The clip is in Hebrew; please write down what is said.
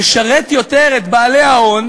משרת יותר את בעלי ההון